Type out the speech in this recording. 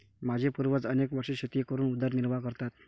माझे पूर्वज अनेक वर्षे शेती करून उदरनिर्वाह करतात